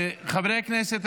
חברי הכנסת,